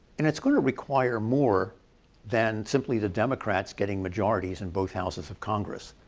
and it is going to require more than simply the democrats getting majorities in both houses of congress.